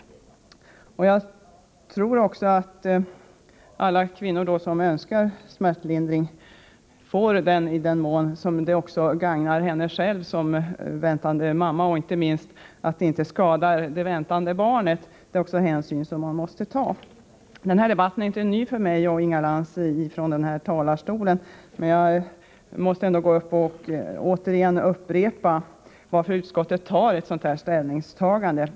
Jag tror också att alla kvinnor som önskar smärtlindring får sådan i den mån det gagnar kvinnan själv som blivande mamma. Att det inte skadar det väntade barnet är också hänsyn som man måste ta. Den här debatten är inte ny för mig och Inga Lantz, men jag måste återigen gå upp i talarstolen och upprepa varför utskottet gör ett sådant här ställningstagande.